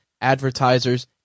advertisers